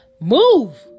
Move